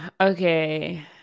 Okay